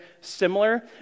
similar